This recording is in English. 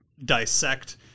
dissect